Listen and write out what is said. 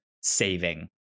saving